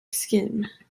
scheme